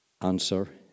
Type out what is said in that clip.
Answer